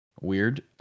weird